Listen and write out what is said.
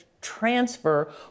transfer